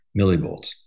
millivolts